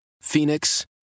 Phoenix